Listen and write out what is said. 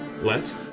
let